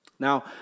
Now